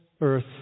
earth